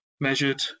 measured